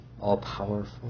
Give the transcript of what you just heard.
all-powerful